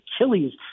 Achilles